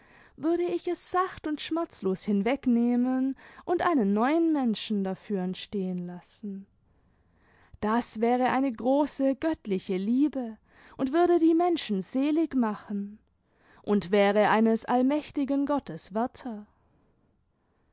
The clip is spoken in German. würde ich es sacht und schmerzlos hinwegnehmen und einen neuen menschen dafür entstehen lassen das wäre eine große göttliche liebe und würde die menschen selig machen und wäre eines allmächtigen gottes